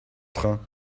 train